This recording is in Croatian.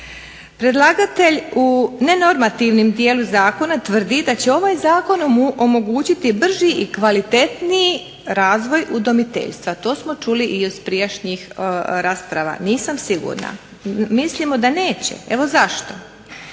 Predlagatelj u nenormativnom dijelu Zakona tvrdi da će ovaj zakon omogućiti brži i kvalitetniji razvoj udmoiteljstva. To smo čuli i od prijašnjih rasprava. Nisam sigurna. Mislimo da neće. Evo zašto.